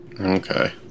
Okay